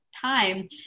time